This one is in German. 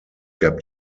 gab